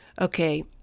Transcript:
okay